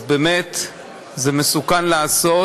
אז באמת זה מסוכן לעשות,